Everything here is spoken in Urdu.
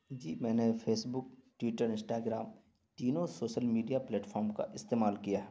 جی میں نے فیسبک ٹیوٹر انسٹاگرام تینوں سوشل میڈیا پلیٹ فارم کا استعمال کیا ہے